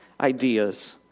ideas